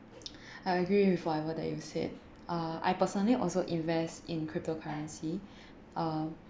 I agree with whatever that you said uh I personally also invest in crypto currency uh